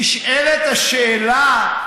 נשאלת השאלה: